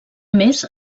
més